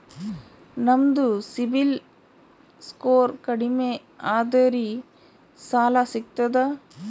ನಮ್ದು CIBIL score ಕಡಿಮಿ ಅದರಿ ಸಾಲಾ ಸಿಗ್ತದ?